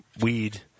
weed